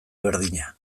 berdina